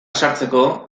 sartzeko